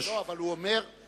לא, אבל הוא אומר,